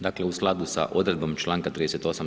Dakle u skladu sa odredbom članka 38.